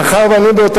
מאחר שאני,